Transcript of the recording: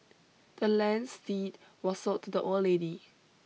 the land's deed was sold to the old lady